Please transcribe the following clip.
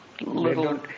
little